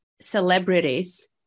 celebrities